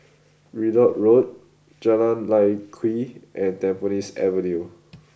Ridout Road Jalan Lye Kwee and Tampines Avenue